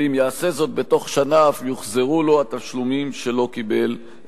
ואם יעשה זאת בתוך שנה אף יוחזרו לו התשלומים שלא קיבל,